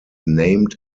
named